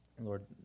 Lord